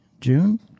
June